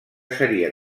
seria